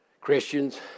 Christians